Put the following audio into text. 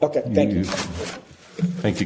ok thank you thank you